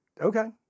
Okay